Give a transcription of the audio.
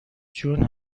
جون